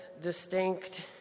distinct